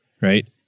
Right